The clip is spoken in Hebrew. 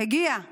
הגיעה